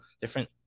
different